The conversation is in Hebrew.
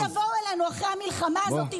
כי כשאתם תבואו אלינו אחרי המלחמה הזאת,